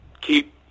keep